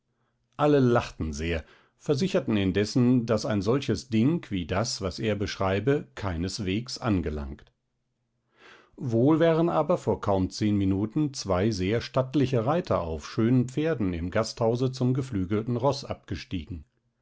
alle lachten sehr versicherten indessen daß ein solches ding wie das was er beschreibe keinesweges angelangt wohl wären aber vor kaum zehn minuten zwei sehr stattliche reiter auf schönen pferden im gasthause zum geflügelten roß abgestiegen